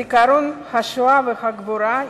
זיכרון השואה והגבורה,